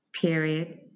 period